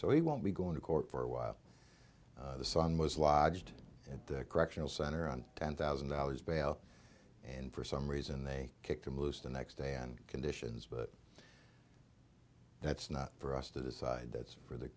so he won't be going to court for a while the son was lodged at the correctional center on a ten thousand dollars bail and for some reason they kicked a moost in the next day and conditions but that's not for us to decide that's for the